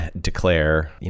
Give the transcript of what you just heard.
declare